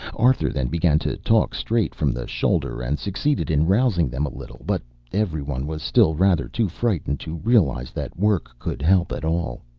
arthur then began to talk straight from the shoulder and succeeded in rousing them a little, but every one was still rather too frightened to realize that work could help at all.